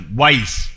wise